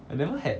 I never had